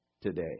today